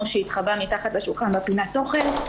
שהיא התחבאה מתחת לשולחן בפינת האוכל.